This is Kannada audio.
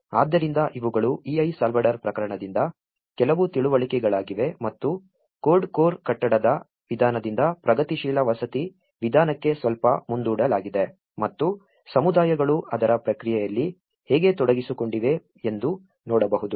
ಆದ್ದರಿಂದ ಇವುಗಳು El ಸಾಲ್ವಡಾರ್ ಪ್ರಕರಣದಿಂದ ಕೆಲವು ತಿಳುವಳಿಕೆಗಳಾಗಿವೆ ಮತ್ತು ಕೋಲ್ಡ್ ಕೋರ್ ಕಟ್ಟಡದ ವಿಧಾನದಿಂದ ಪ್ರಗತಿಶೀಲ ವಸತಿ ವಿಧಾನಕ್ಕೆ ಸ್ವಲ್ಪ ಮುಂದೂಡಲಾಗಿದೆ ಮತ್ತು ಸಮುದಾಯಗಳು ಅದರ ಪ್ರಕ್ರಿಯೆಯಲ್ಲಿ ಹೇಗೆ ತೊಡಗಿಸಿಕೊಂಡಿವೆ ಎಂದು ನೋಡಬಹುದು